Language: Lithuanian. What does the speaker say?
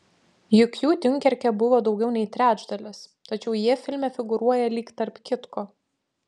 juk jų diunkerke buvo daugiau nei trečdalis tačiau jie filme figūruoja lyg tarp kitko